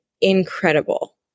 incredible